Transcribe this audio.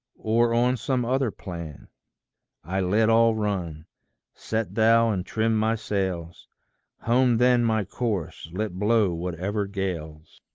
or on some other plan i let all run set thou and trim my sails home then my course, let blow whatever gales.